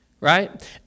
Right